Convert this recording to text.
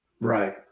Right